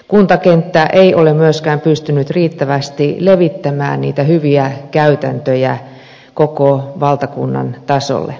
kuntakenttä ei ole myöskään pystynyt riittävästi levittämään niitä hyviä käytäntöjä koko valtakunnan tasolle